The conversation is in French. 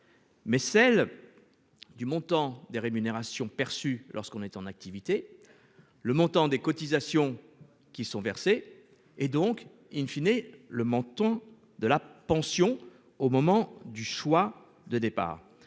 Mais celle. Du montant des rémunérations perçues lorsqu'on est en activité. Le montant des cotisations qui sont versées et donc in fine et le montant de la pension au moment du choix de départ